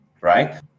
right